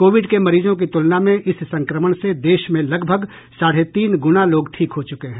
Covid के मरीजों की तुलना में इस संक्रमण से देश में लगभग साढे तीन गुणा लोग ठीक हो चुके हैं